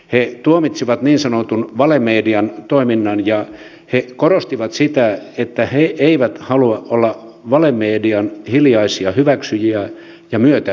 he tuomitsivat niin sanotun valemedian toiminnan ja he korostivat sitä että he eivät halua olla valemedian hiljaisia hyväksyjiä ja myötäjuoksijoita